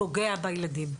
פוגע בילדים.